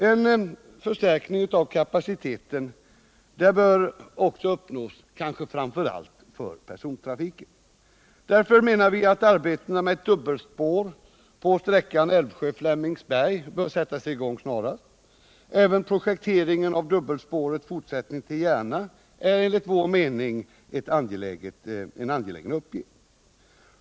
En förstärkning av kapaciteten bör också uppnås framför allt för persontrafiken. Därför bör arbetena med ett dubbelspår på sträckan Älvsjö-Flemingsberg sättas i gång snarast. Även projektering av dubbelspårets fortsättning till Järna är enligt vår mening en angelägen uppgift.